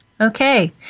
Okay